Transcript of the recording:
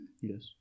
Yes